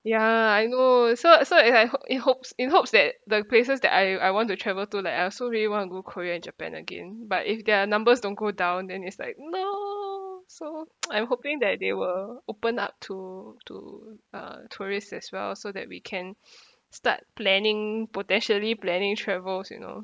ya I know so so it's like it hop~ it hopes it hopes that the places that I I want to travel to like I also really want to go korea and japan again but if their numbers don't go down then it's like no so I'm hoping that they will open up to to uh tourists as well so that we can start planning potentially planning travels you know